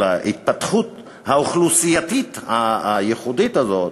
של התפתחות האוכלוסייה הייחודית הזאת,